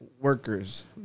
Workers